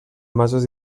masos